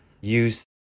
use